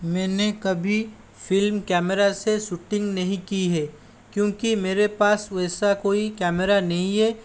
मैंने कभी film camera से सूटिंग नहीं की है क्योंकि मेरे पास वैसा कोई कैमरा नहीं है